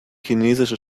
chinesische